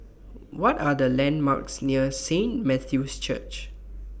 What Are The landmarks near Saint Matthew's Church